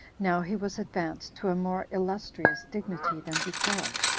now he was advanced to a more illustrious dignity than before,